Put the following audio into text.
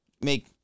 Make